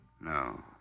no